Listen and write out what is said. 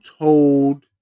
told